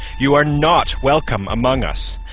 you are not welcome among us.